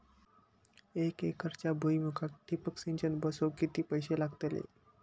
एक एकरच्या भुईमुगाक ठिबक सिंचन बसवूक किती पैशे लागतले?